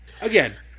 Again